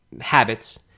habits